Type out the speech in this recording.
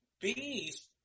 bees